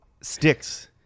Sticks